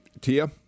Tia